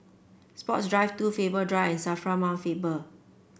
Sports Drive Two Faber Drive and Safra Mount Faber